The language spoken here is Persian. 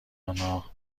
آنها